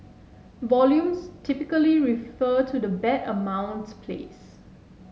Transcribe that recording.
volumes typically refer to the bet amounts place